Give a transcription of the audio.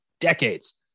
decades